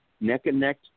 neck-and-neck